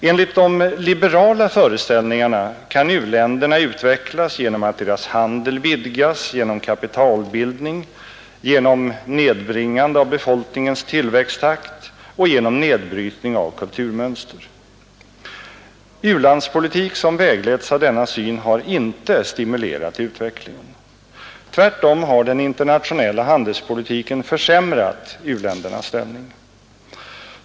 Enligt de liberala föreställningarna kan u-länderna utvecklas genom att deras handel vidgas, genom kapitalbildning, genom nedbringande av befolkningens tillväxttakt och genom nedbrytning av kulturmönster. U-landspolitik som vägletts av denna syn har inte stimulerat utvecklingen. Tvärtom har den internationella handelspolitiken försämrat u-ländernas ställning.